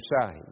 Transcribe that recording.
side